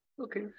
okay